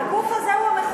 הגוף הזה הוא המחוקק.